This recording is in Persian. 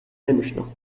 نمیشناخت